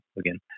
again